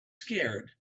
scared